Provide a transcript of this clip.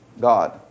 God